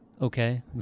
okay